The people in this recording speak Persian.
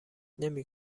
نمی